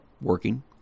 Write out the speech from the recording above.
working